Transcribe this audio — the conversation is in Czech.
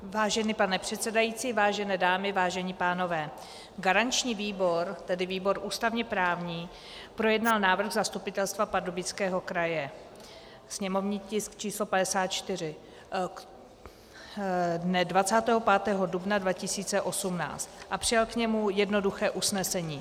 Vážený pane předsedající, vážené dámy, vážení pánové, garanční výbor, tedy výbor ústavněprávní, projednal návrh Zastupitelstva Pardubického kraje, sněmovní tisk 54, dne 25. dubna 2018 a přijal k němu jednoduché usnesení.